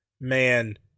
man